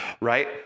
right